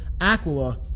Aquila